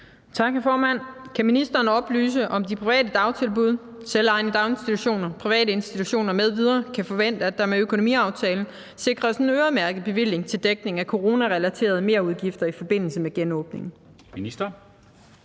Knuth (V)): Kan ministeren oplyse, om de private dagtilbud (selvejende daginstitutioner, privatinstitutioner m.v.) kan forvente, at der med økonomiaftalen sikres en øremærket bevilling til dækning af coronarelaterede merudgifter i forbindelse med genåbningen?